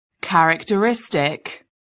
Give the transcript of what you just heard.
characteristic